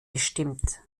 gestimmt